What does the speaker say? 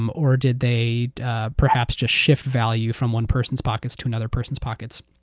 um or did they perhaps just shift value from one person's pockets to another person's pockets?